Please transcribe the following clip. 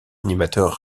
animateur